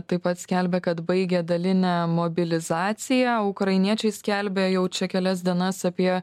taip pat skelbia kad baigė dalinę mobilizaciją ukrainiečiai skelbia jau čia kelias dienas apie